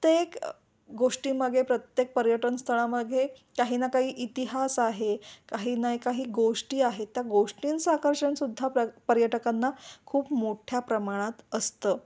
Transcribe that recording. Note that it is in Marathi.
प्रत्येक गोष्टीमगे प्रत्येक पर्यटनस्थळामागे काही ना काही इतिहास आहे काही ना काही गोष्टी आहेत त्या गोष्टींचं आकर्षणसुद्धा प्र पर्यटकांना खूप मोठ्या प्रमाणात असतं